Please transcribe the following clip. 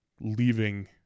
leaving